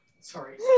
Sorry